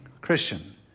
Christian